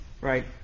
right